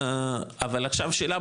אבל עכשיו שאלה,